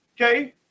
Okay